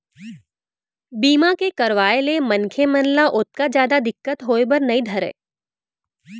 बीमा के करवाय ले मनखे मन ल ओतका जादा दिक्कत होय बर नइ धरय